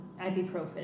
Ibuprofen